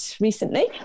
recently